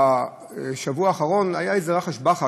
שבשבוע האחרון היה איזה רחש-בחש,